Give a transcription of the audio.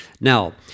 Now